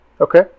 Okay